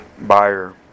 buyer